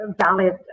valid